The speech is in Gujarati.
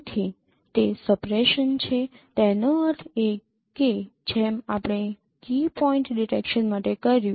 તેથી તે સપ્રેશન છે તેનો અર્થ એ કે જેમ આપણે કી પોઇન્ટ ડિટેક્શન માટે કર્યું